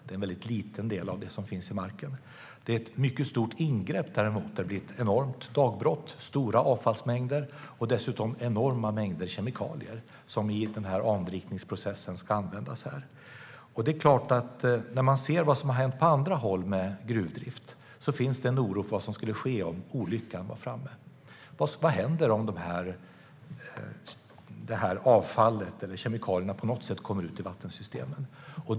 Det är en väldigt liten del av det som finns i marken, men det innebär ett mycket stort ingrepp. Det planeras ett enormt dagbrott som gör att det blir stora avfallsmängder och dessutom enorma mängder kemikalier som används i anrikningsprocessen. När man ser vad som har hänt på andra håll med gruvdrift väcker det en oro för vad som skulle ske om olyckan är framme. Vad händer om avfallet eller kemikalierna på något sätt kommer ut i vattensystemet?